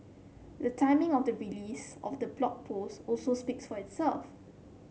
the timing of the release of the Blog Post also speaks for itself